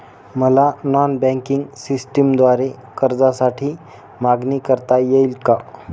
मला non banking सिस्टमद्वारे कर्जासाठी मागणी करता येईल का?